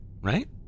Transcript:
right